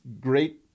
great